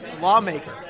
lawmaker